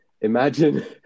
imagine